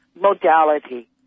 modality